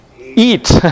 eat